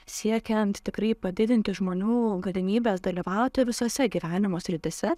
siekiant stipriai padidinti žmonių galimybes dalyvauti visose gyvenimo srityse